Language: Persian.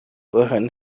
بحران